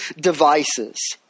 devices